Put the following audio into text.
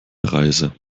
reise